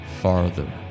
farther